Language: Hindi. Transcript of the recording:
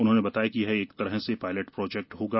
उन्होंने बताया कि यह एक तरह से पायलट प्रोजेक्ट होगा